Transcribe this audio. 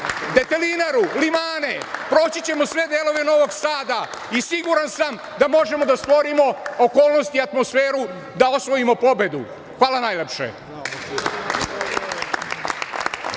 Detelinaru, Limane, proći ćemo sve delove Novog Sada i siguran sam da možemo da stvorimo okolnosti i atmosferu da osvojimo pobedu. Hvala najlepše.